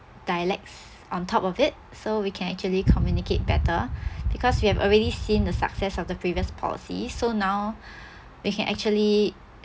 dialects on top of it so we can actually communicate better because we have already seen the success of the previous policy so now we can actually